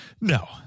No